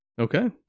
Okay